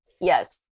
Yes